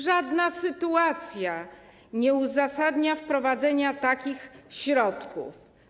Żadna sytuacja nie uzasadnia wprowadzania takich środków.